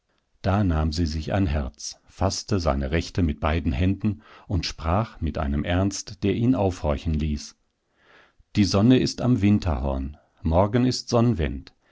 da nahm sie sich ein herz faßte seine rechte mit beiden händen und sprach mit einem ernst der ihn aufhorchen ließ die sonne ist am winterhorn morgen ist